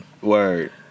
Word